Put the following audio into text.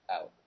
out